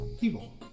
People